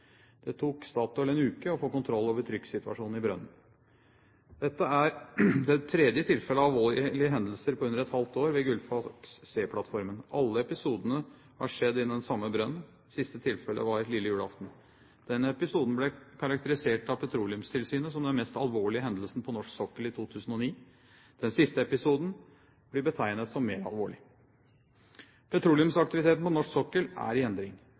Det tok Statoil en uke å få kontroll over trykksituasjonen i brønnen. Dette er det tredje tilfellet av alvorlige hendelser på under et halvt år ved Gullfaks C-plattformen. Alle episodene har skjedd i den samme brønnen. Siste tilfellet var lille julaften. Den episoden ble karakterisert av Petroleumstilsynet som den mest alvorlige hendelsen på norsk sokkel i 2009. Den siste episoden blir betegnet som mer alvorlig. Petroleumsaktiviteten på norsk sokkel er i endring.